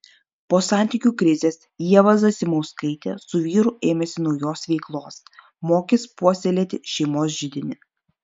po santykių krizės ieva zasimauskaitė su vyru ėmėsi naujos veiklos mokys puoselėti šeimos židinį